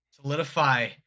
Solidify